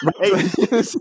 Hey